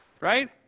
Right